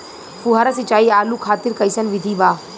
फुहारा सिंचाई आलू खातिर कइसन विधि बा?